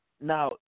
now